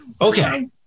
okay